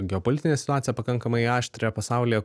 geopolitinę situaciją pakankamai aštrią pasaulyje